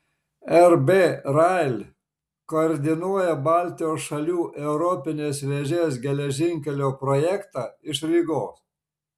rb rail koordinuoja baltijos šalių europinės vėžės geležinkelio projektą iš rygos